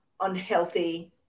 unhealthy